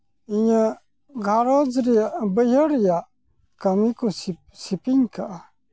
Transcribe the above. ᱤᱧᱟᱹᱜ ᱜᱷᱟᱨᱚᱸᱡᱽ ᱨᱮᱭᱟᱜ ᱵᱟᱹᱭᱦᱟᱹᱲ ᱨᱮᱭᱟᱜ ᱠᱟᱹᱢᱤ ᱠᱚ ᱥᱮᱯᱼᱥᱮᱯᱮᱧ ᱟᱠᱟᱫᱼᱟ